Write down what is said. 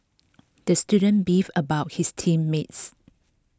the student beefed about his team mates